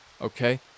okay